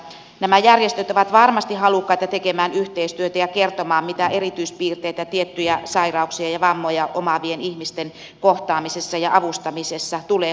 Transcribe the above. nämä järjestöt ovat varmasti halukkaita tekemään yhteistyötä ja kertomaan mitä erityispiirteitä tiettyjä sairauksia ja vammoja omaavien ihmisten kohtaamisessa ja avustamisessa tulee huomioida